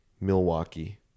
Milwaukee